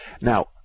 Now